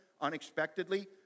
unexpectedly